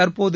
தற்போது